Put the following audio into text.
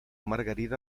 margarida